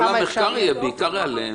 כל המחקר יהיה בעיקר עליהן.